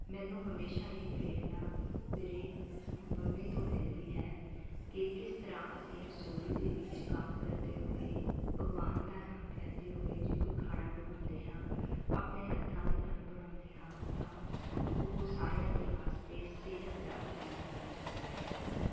ਮੈਨੂੰ ਹਮੇਸ਼ਾ ਇਹ ਪ੍ਰੇਰਣਾ ਮੇਰੇ ਮੰਮੀ ਤੋਂ ਮਿਲਦੀ ਹੈ ਕਿ ਕਿਸ ਤਰ੍ਹਾਂ ਅਸੀਂ ਰਸੋਈ ਦੇ ਵਿੱਚ ਕੰਮ ਕਰਦੇ ਹੋਏ ਭਗਵਾਨ ਦਾ ਨਾਮ ਲੈਂਦੇ ਹੋਏ ਜੇ ਕੋਈ ਖਾਣਾ ਬਣਾਉਂਦੇ ਹਾਂ ਆਪਣੇ ਹੱਥਾਂ ਦੇ ਨਾਲ ਬਣਾਉਂਦੇ ਹਾਂ ਤਾਂ ਉਹ ਸਾਰਿਆਂ ਦੇ ਵਾਸਤੇ ਸਿਹਤ ਦਾ ਖਜ਼ਾਨਾ ਬਣ ਜਾਂਦਾ ਹੈ